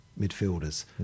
midfielders